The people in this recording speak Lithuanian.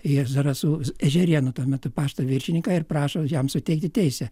ir zarasų ežerėnų tuo metu pašto viršininką ir prašo jam suteikti teisę